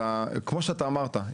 כמו שאמרת,